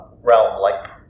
realm-like